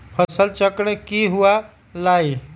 फसल चक्रण की हुआ लाई?